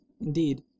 Indeed